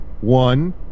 one